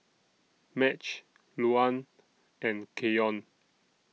Madge Luann and Keyon